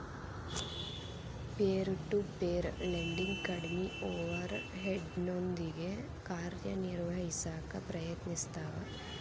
peer to peer lending ಕಡ್ಮಿ ಓವರ್ ಹೆಡ್ನೊಂದಿಗಿ ಕಾರ್ಯನಿರ್ವಹಿಸಕ ಪ್ರಯತ್ನಿಸ್ತವ